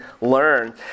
learn